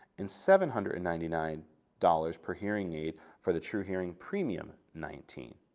and seven hundred and ninety nine dollars per hearing aid for the truhearing premium nineteen.